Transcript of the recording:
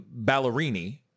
Ballerini